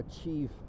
achieve